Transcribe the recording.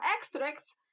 extracts